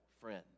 friend